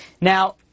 Now